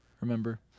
Remember